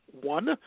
one